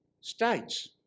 states